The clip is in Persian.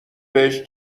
بهش